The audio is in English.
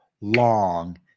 long